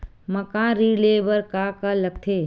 मकान ऋण ले बर का का लगथे?